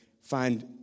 find